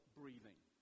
breathing